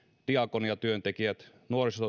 diakoniatyöntekijät